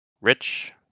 Rich